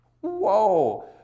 Whoa